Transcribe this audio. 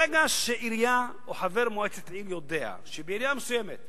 ברגע שעירייה או חבר מועצת עיר יודע שבעירייה מסוימת,